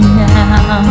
now